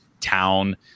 town –